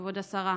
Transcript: כבוד השרה,